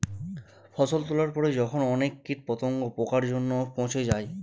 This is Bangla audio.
ফসল তোলার পরে যখন অনেক কীট পতঙ্গ, পোকার জন্য পচে যায়